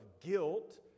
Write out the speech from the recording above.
guilt